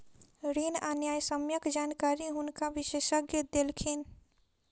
ऋण आ न्यायसम्यक जानकारी हुनका विशेषज्ञ देलखिन